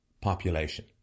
population